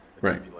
Right